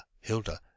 Hilda